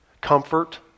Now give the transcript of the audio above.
comfort